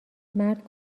مرد